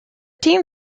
team